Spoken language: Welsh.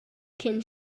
cyn